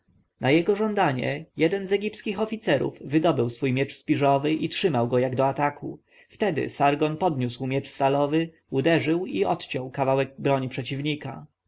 na jego żądanie jeden z egipskich oficerów wydobył swój miecz śpiżowy i trzymał go jak do ataku wtedy sargon podniósł miecz stalowy uderzył i odciął kawałek broni przeciwnika